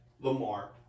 Lamar